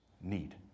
need